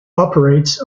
operates